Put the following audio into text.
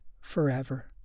forever